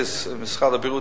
כמשרד הבריאות,